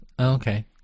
Okay